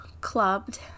clubbed